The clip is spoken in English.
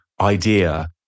idea